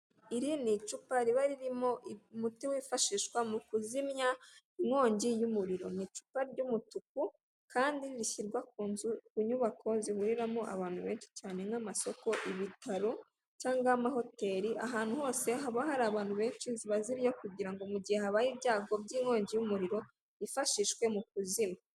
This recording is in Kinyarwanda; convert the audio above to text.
Iri ni icupa riba ririmo umuti wifashishwa mu kuzimya inkongi y'umuriro n’ icupa ry'umutuku kandi rishyirwa ku nyubako zihuriramo abantu benshi cyane nk'amasoko, ibitaro cyangwa ama hoteli ahantu hose haba hari abantu benshi ziba zihari kugira ngo mu gihe habaye ibyago by'inkongi y'umuriro hifashishwe mu kuzimya.